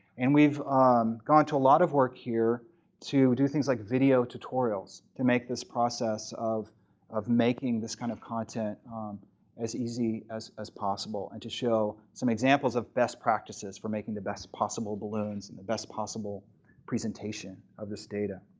and we've gone to a lot of work here to do things like video tutorials to make this process of of making this kind of content as easy as as possible and to show some examples of best practices for making the best possible balloons and the best possible presentation of this data.